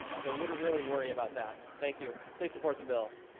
so wouldn't really worry about that. thank you, please support the bill